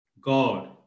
God